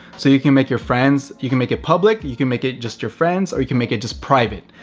so you can make your friends, you can make it public, you can make it just your friends, or you can make it just private.